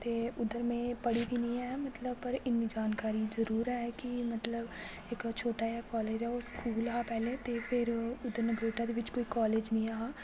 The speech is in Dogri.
ते उधर मैं पढ़ी दी न हें मतलब पर इन्नी जानकारी जरूर एह् की मतलब एक छोटा जेहा कालेज हा ओ स्कूल हा पैह्ले ते फिर उधर नगरोटा दे बिच कोई कालेज निं ऐ हा